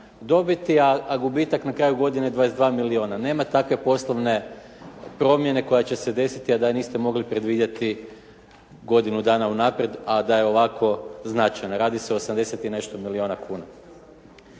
dobiti, a gubitak na kraju godine 22 milijuna. Nema takve poslovne promjene koja će se desiti, a da je niste mogli predvidjeti godinu dana unaprijed, a da je ovako značajna. Radi se o osamdeset i nešto milijuna kuna.